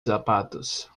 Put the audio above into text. sapatos